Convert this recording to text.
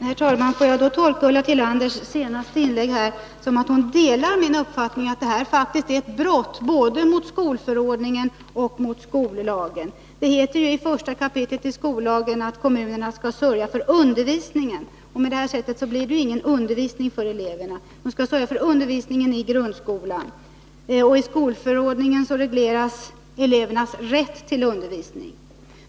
Herr talman! Får jag då tolka Ulla Tillanders senaste inlägg som att hon delar min uppfattning att det här faktiskt är ett brott både mot skolförordningen och mot skollagen? Det heter ju i första kapitlet i skollagen att kommunerna skall sörja för undervisningen. Men på det här sättet blir det ingen undervisning för eleverna. Kommunerna skall sörja för undervisningen i grundskolan, och i skolförordningen regleras elevernas rätt till undervisning.